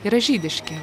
yra žydiški